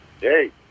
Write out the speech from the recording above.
Hey